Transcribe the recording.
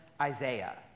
Isaiah